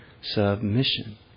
submission